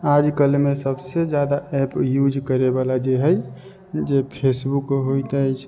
आजकलमे सबसँ ज्यादा app use करैवला जे हइ जे फेसबुक होइत अछि